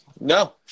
No